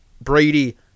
Brady